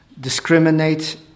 discriminate